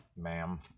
ma'am